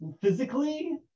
physically